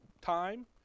time